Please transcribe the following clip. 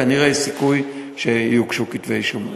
כנראה יש סיכוי שיוגשו כתבי-אישום.